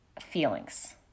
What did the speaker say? feelings